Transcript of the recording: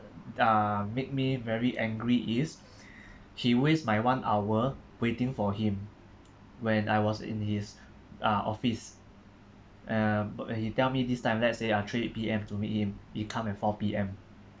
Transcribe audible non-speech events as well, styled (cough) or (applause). uh make me very angry is (breath) he waste my one hour waiting for him when I was in his uh office and uh he tell me this time let's say uh three P_M to meet him he come at four P_M